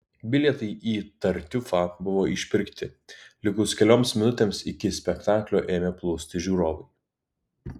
bilietai į tartiufą buvo išpirkti likus kelioms minutėms iki spektaklio ėmė plūsti žiūrovai